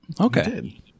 Okay